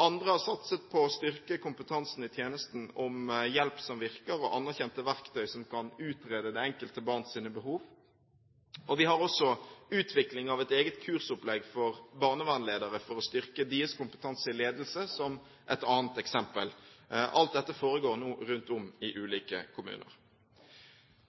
Andre har satset på å styrke kompetansen i tjenesten om hjelp som virker og anerkjente verktøy som kan utrede det enkelte barns behov. Vi har også utvikling av et eget kursopplegg for barnevernsledere for å styrke deres kompetanse i ledelse, som et annet eksempel. Alt dette foregår nå rundt om i ulike kommuner.